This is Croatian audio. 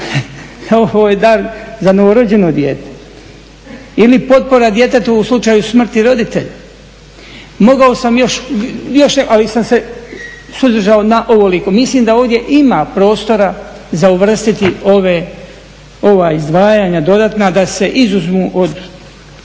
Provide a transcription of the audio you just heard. Ovo je dar za novorođeno dijete, ili potpora djetetu u slučaju smrti roditelja. Mogao sam još, ali sam se suzdržao na ovoliko. Mislim da ovdje ima prostora za uvrstiti ove izdvajanja dodatna, da se izuzmu od